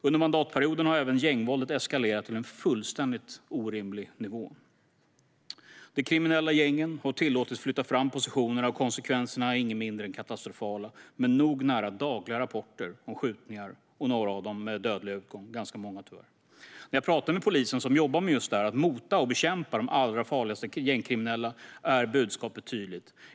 Under mandatperioden har även gängvåldet eskalerat till en fullständigt orimlig nivå. De kriminella gängen har tillåtits flytta fram positionerna, och konsekvenserna är inget mindre än katastrofala med nära nog dagliga rapporter om skjutningar, några av dem med dödlig utgång - ganska många, tyvärr. När jag pratar med poliser som jobbar med just det här, att mota och bekämpa de allra farligaste gängkriminella, är budskapet tydligt.